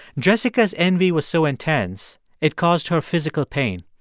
jessica's envy was so intense it caused her physical pain.